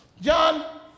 John